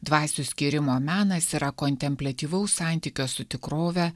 dvasių skyrimo menas yra kontempliatyvaus santykio su tikrove